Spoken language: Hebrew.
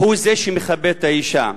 הוא זה שמכבד את האשה,